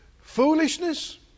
foolishness